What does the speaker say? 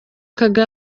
perezida